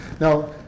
Now